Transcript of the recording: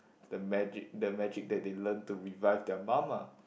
the magic the magic that they learn to revive their mum ah